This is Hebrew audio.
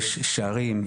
יש שערים,